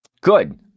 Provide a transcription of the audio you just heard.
Good